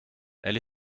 elle